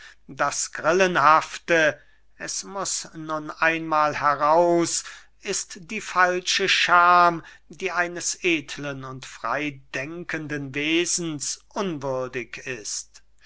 das grillenhafte es muß nun einmahl heraus ist die falsche scham die eines edeln und freydenkenden wesens unwürdig ist